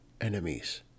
enemies